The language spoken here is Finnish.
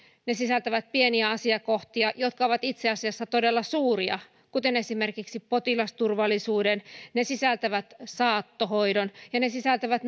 ne sisältävät pieniä asiakohtia jotka ovat itse asiassa todella suuria kuten esimerkiksi potilasturvallisuuden ne sisältävät saattohoidon ja ne sisältävät